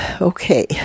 okay